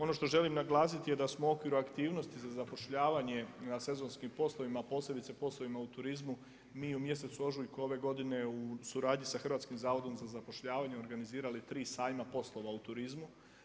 Ono što želim naglasiti sa smo u okviru aktivnosti za zapošljavanje na sezonskim poslovima, posebice poslovima u turizmu mi u mjesecu ožujku ove godine u suradnji sa HZZ-om organizirali tri sajma poslova u turizmu.